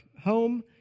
home